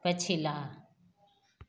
पछिला